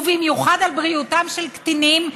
ובמיוחד על בריאותם של קטינים,